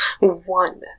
One